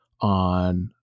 on